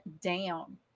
down